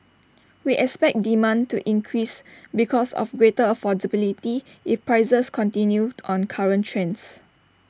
we expect demand to increase because of greater affordability if prices continue on current trends